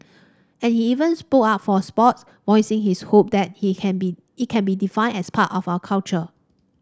and he even spoke up for sports voicing his hope that he can be it can be defined as part of our culture